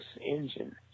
engine